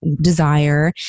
desire